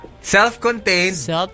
Self-contained